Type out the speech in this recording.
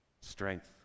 strength